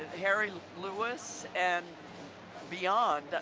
harry lewis, and beyond,